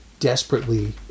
desperately